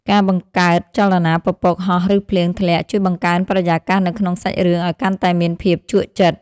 ការបង្កើតចលនាពពកហោះឬភ្លៀងធ្លាក់ជួយបង្កើនបរិយាកាសនៅក្នុងសាច់រឿងឱ្យកាន់តែមានភាពជក់ចិត្ត។